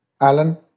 Alan